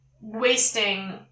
wasting